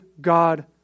God